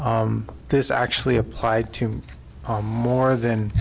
e this actually applied to more than